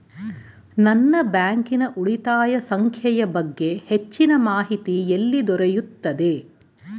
ನನ್ನ ಬ್ಯಾಂಕಿನ ಉಳಿತಾಯ ಸಂಖ್ಯೆಯ ಬಗ್ಗೆ ಹೆಚ್ಚಿನ ಮಾಹಿತಿ ಎಲ್ಲಿ ದೊರೆಯುತ್ತದೆ?